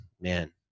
Man